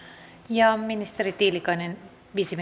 ja ministeri tiilikainen viisi